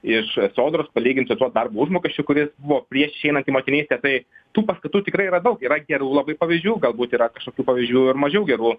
iš sodros palyginti su tuo darbo užmokesčiu kuris buvo prieš išeinant į motinystę tai tų paskatų tikrai yra daug yra gerų labai pavyzdžių galbūt yra kažkokių pavyzdžių ir mažiau gerų